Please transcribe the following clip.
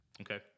Okay